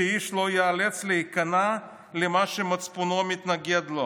שאיש לא ייאלץ להיכנע למה שמצפונו מתנגד לו,